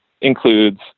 includes